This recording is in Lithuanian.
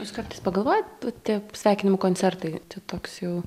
jūs kartais pagalvojat va tie sveikinimų koncertai toks jau